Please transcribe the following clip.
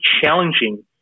challenging